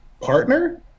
partner